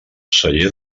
celler